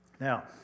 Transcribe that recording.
Now